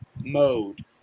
mode